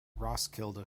roskilde